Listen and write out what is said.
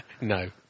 No